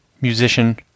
musician